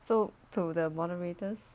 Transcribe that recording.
so to the moderators